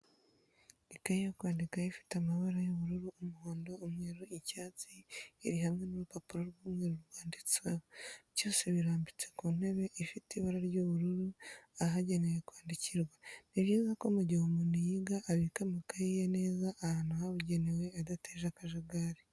Ikaye yo kwandikano ifite amabara y'ubururu, umuhondo, umweru icyatsi iri hamwe n'urupapuro rw'umweru rwanditseho, byose birambitse ku ntebe ifite ibara ry'ubururu ahagenewe kwandikirwa. Ni byiza ko mu gihe umuntu yiga abika amakayi ye neza ahantu habugenewe adateje akajagari.